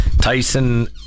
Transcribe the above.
Tyson